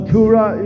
Tura